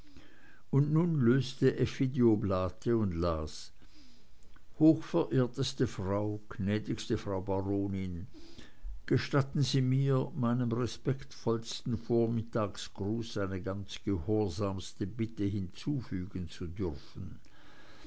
und nun löste effi die oblate und las hochverehrteste frau gnädigste frau baronin gestatten sie mir meinem respektvollsten vormittagsgruß eine ganz gehorsamste bitte hinzufügen zu dürfen